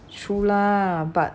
true lah but